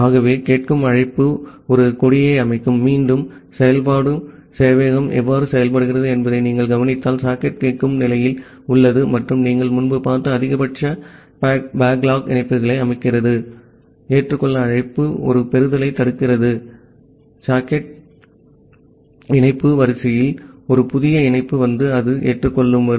ஆகவே கேட்கும் அழைப்பு ஒரு கொடியை அமைக்கும் மீண்டும் செயல்படும் சேவையகம் எவ்வாறு செயல்படுகிறது என்பதை நீங்கள் கவனித்தால் சாக்கெட் கேட்கும் நிலையில் உள்ளது மற்றும் நீங்கள் முன்பு பார்த்த அதிகபட்ச பேக்லாக் இணைப்புகளை அமைக்கிறது ஏற்றுக்கொள் அழைப்பு ஒரு பெறுதலைத் தடுக்கிறது சாக்கெட் இணைப்பு வரிசையில் ஒரு புதிய இணைப்பு வந்து அது ஏற்றுக்கொள்ளப்படும் வரை